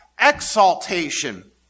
exaltation